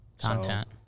Content